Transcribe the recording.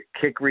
kick